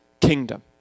kingdom